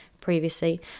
previously